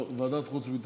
לא, ועדת החוץ והביטחון.